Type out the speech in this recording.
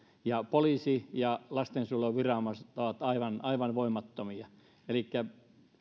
ja poliisi ja lastensuojeluviranomaiset ovat aivan aivan voimattomia elikkä